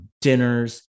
dinners